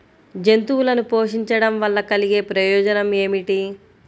జంతువులను పోషించడం వల్ల కలిగే ప్రయోజనం ఏమిటీ?